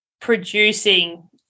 producing